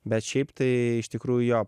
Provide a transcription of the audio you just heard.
bet šiaip tai iš tikrųjų jo